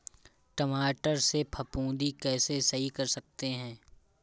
टमाटर से फफूंदी कैसे सही कर सकते हैं?